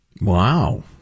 Wow